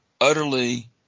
Utterly